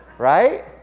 right